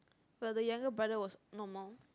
but the younger brother was normal